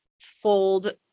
fold